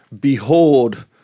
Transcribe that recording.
Behold